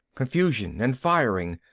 confusion and firing.